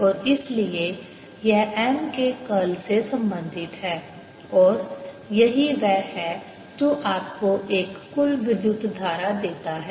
और इसलिए यह M के कर्ल से संबंधित है और यही वह है जो आपको एक कुल विद्युत धारा देता है